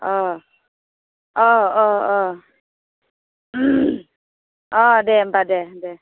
अ अ अ अ अ दे होनबा दे देह